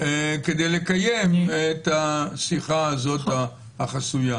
כדי לקיים את השיחה הזו החסויה?